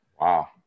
Wow